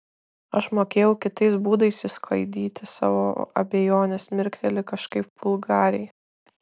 aš mokėjau kitais būdais išsklaidyti savo abejones mirkteli kažkaip vulgariai